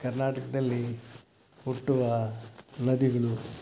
ಕರ್ನಾಟಕದಲ್ಲಿ ಹುಟ್ಟುವ ನದಿಗಳು